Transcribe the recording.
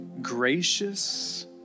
gracious